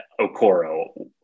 Okoro